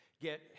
get